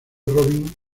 robin